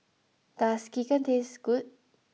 does Sekihan taste good